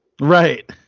right